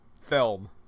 film